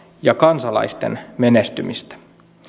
ja kansalaisten menestymistä